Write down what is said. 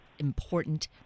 important